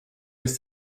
ist